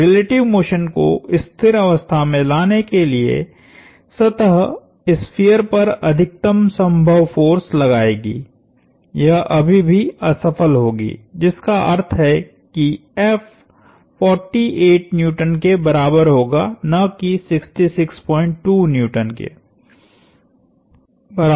तो relative motion को स्थिर अवस्था में लाने के लिए सतह स्फीयर पर अधिकतम संभव फोर्स लगाएगी यह अभी भी असफल होगी जिसका अर्थ है कि F 48 N के बराबर होगा न कि 662N के बराबर